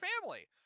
family